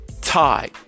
tie